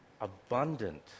Abundant